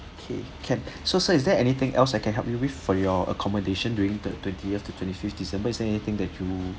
okay can so so is there anything else I can help you with for your accommodation during the twentieth to twenty-fifth december is there anything that you